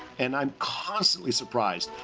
and i'm constantly surprised.